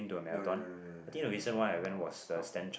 no no no no no no no half